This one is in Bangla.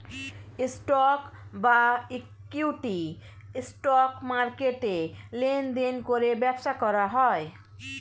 স্টক বা ইক্যুইটি, স্টক মার্কেটে লেনদেন করে ব্যবসা করা হয়